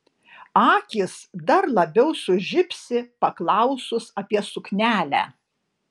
akys dar labiau sužibsi paklausus apie suknelę